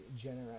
generous